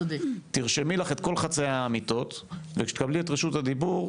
תרשמי לך את כל חצאי האמיתות וכשתקבלי את רשות הדיבור,